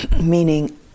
Meaning